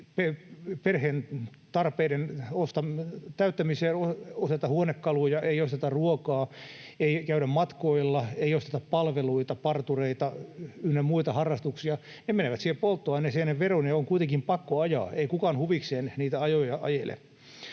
perheen tarpeiden täyttämiseen, ei osteta huonekaluja, ei osteta ruokaa, ei käydä matkoilla, ei osteta palveluita, ei ole partureita ynnä muita harrastuksia, ne menevät siihen polttoaineeseen veroineen. On kuitenkin pakko ajaa. Ei kukaan huvikseen niitä ajoja ajele.